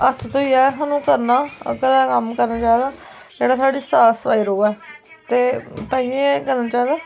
हत्थ धोइयै गै सानू करना होर घरै दा कम्म करना चाहिदा फिर साढ़ी साफ सफाई रवै ते ताइयें करना चाहिदा